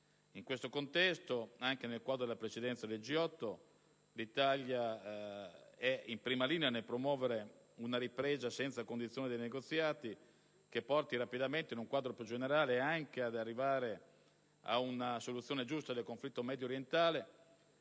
In questo contesto, anche nel quadro della Presidenza del G8, l'Italia è in prima linea nel promuovere una ripresa senza condizioni dei negoziati che porti rapidamente, in un quadro più generale, anche ad una soluzione giusta del conflitto mediorientale,